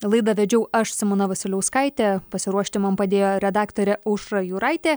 laidą vedžiau aš simona vasiliauskaitė pasiruošti man padėjo redaktorė aušra jūraitė